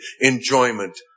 enjoyment